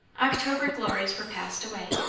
october glories were passed away,